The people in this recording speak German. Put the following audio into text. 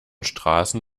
straßen